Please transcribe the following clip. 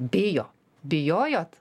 bijo bijojot